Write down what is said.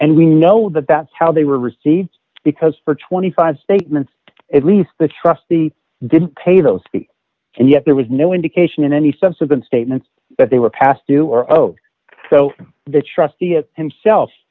and we know that that's how they were received because for twenty five statements at least the trustee didn't pay those fees and yet there was no indication in any subsequent statements that they were past due or oh so the trustee at himself